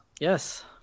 Yes